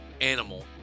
animal